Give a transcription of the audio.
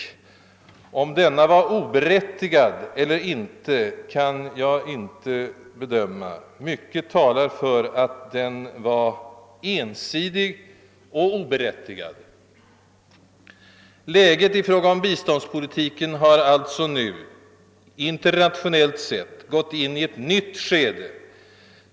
Huruvida denna var berättigad eller inte kan jag inte bedöma. Mycket talar för att den var ensi dig och oberättigad. Läget i fråga om biståndspolitiken har alltså internationellt sett nu gått in i ett nytt skede.